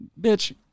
bitch